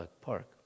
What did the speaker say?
Park